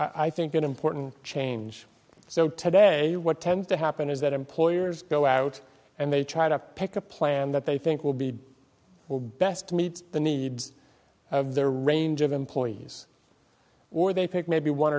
i think an important change so today what tends to happen is that employers go out and they try to pick a plan that they think will be well best to meet the needs of their range of employees or they pick maybe one